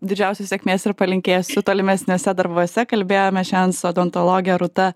didžiausios sėkmės ir palinkėsiu tolimesniuose darbuose kalbėjome šiandien su odontologe rūta